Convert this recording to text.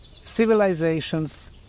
civilizations